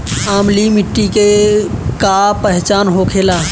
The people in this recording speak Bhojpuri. अम्लीय मिट्टी के का पहचान होखेला?